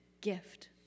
gift